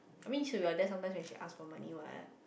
I mean if we were there sometime when she ask for money what